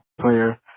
player